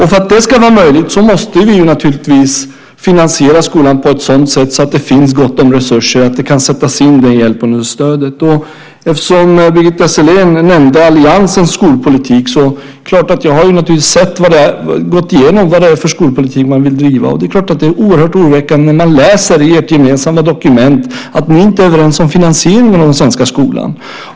För att det ska vara möjligt måste vi naturligtvis finansiera skolan på ett sådant sätt att det finns gott om resurser så att den hjälpen och det stödet kan sättas in. Birgitta Sellén nämnde alliansens skolpolitik. Jag har gått igenom vad det är för skolpolitik man vill driva. Det är oerhört oroväckande när man läser i ert gemensamma dokument att ni inte är överens om finansieringen av den svenska skolan.